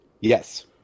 Yes